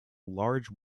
large